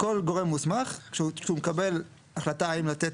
כל גורם מוסמך כשהוא מקבל החלטה אם לתת